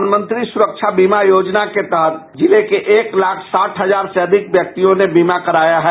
प्रधानमंत्री सुरक्षा बीमा के तहत जिले के एक लाख लाख साठ हजार से अधिक व्यक्तियों ने बीमा कराया है